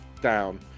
down